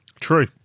True